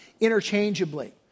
interchangeably